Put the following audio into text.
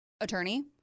attorney